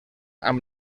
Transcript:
amb